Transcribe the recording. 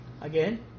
again